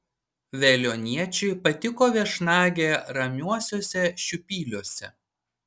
veliuoniečiui patiko viešnagė ramiuosiuose šiupyliuose